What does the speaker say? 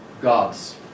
gods